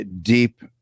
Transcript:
deep